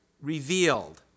revealed